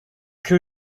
que